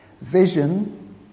vision